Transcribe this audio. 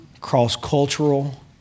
cross-cultural